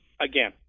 Again